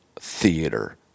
theater